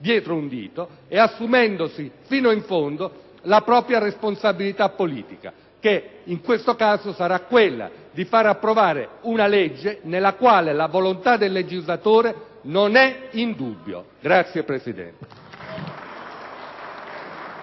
dietro un dito e assumendosi fino in fondo la propria responsabilità politica, che in questo caso sarà quella di fare approvare una legge nella quale la volontà del legislatore non è in dubbio. *(Applausi